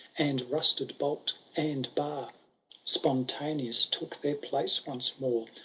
and rusted bolt and bar spontaneous took their place once more,